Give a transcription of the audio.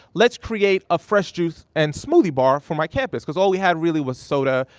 let's create a fresh juice and smoothie bar for my campus, cause all we had really was soda,